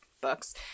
books